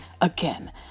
Again